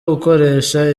ukoresha